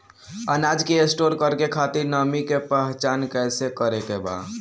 अनाज के स्टोर करके खातिर नमी के पहचान कैसे करेके बा?